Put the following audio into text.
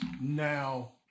Now